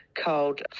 called